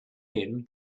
him